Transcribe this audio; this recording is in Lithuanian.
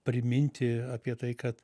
priminti apie tai kad